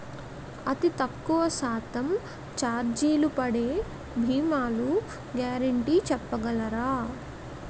అతి తక్కువ శాతం ఛార్జీలు పడే భీమాలు గ్యారంటీ చెప్పగలరా?